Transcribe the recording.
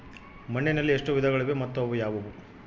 ಮಣ್ಣಿನಲ್ಲಿ ಎಷ್ಟು ವಿಧಗಳಿವೆ ಮತ್ತು ಅವು ಯಾವುವು?